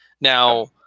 Now